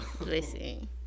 listen